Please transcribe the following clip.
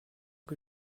que